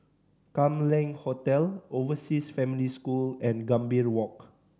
Kam Leng Hotel Overseas Family School and Gambir Walk